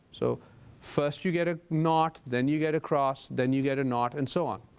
so first you get a naught, then you get a cross, then you get a naught, and so on.